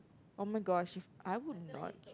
oh-my-gosh I would not